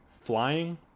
flying